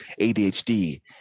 adhd